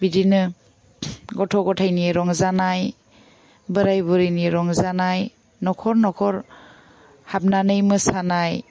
बिदिनो गथ' गथाइनि रंजानाय बोराइ बुरैनि रंजानाय नखर नखर हाबनानै मोसानाय